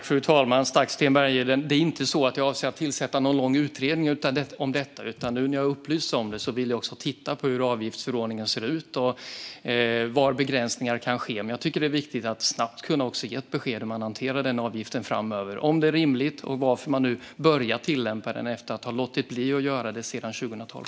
Fru talman! Tack, Sten Bergheden! Det är inte så att jag avser att tillsätta någon lång utredning om detta. Nu när jag är upplyst om det vill jag titta på hur avgiftsförordningen ser ut och var begränsningar kan ske. Jag tycker också att det är viktigt att snabbt kunna ge besked om hur man ska hantera avgiften framöver, om det är rimligt och varför man nu börjar tillämpa den efter att ha låtit bli att göra det sedan 2012.